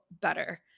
better